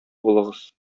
булыгыз